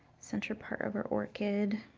center part of our orchid.